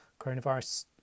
coronavirus